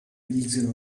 elixir